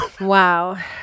Wow